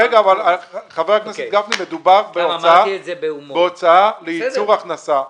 חבר הכנסת גפני, מדובר בהוצאה לייצור הכנסה.